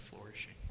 flourishing